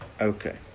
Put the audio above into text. Okay